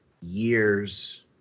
years